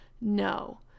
No